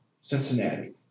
Cincinnati